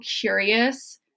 curious